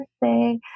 birthday